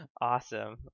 Awesome